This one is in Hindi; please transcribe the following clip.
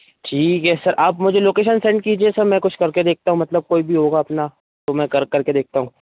ठीक है सर आप मुझे लोकेशन सेंड कीजिए सर मैं कुछ कर के देखता हूँ मतलब कोई भी होगा अपना तो मैं कर कर के देखता हूँ